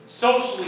Socially